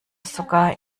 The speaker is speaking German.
sogar